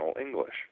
English